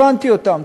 הבנתי אותם,